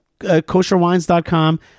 kosherwines.com